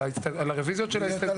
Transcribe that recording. על הרביזיות של ההסתייגויות.